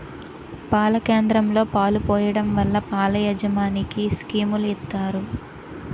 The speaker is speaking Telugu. పాల కేంద్రంలో పాలు పోయడం వల్ల పాల యాజమనికి స్కీములు ఇత్తారు